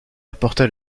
apporta